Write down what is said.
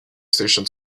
station